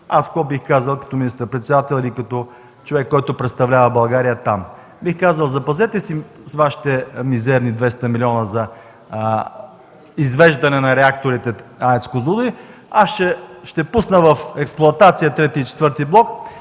Аз какво бих казал като министър-председател или като човек, който представлява България там? Бих казал: „Запазете си вашите мизерни 200 милиона за извеждане на реакторите в АЕЦ „Козлодуй”, аз ще пусна в експлоатация ІІІ и ІV блок,